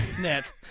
net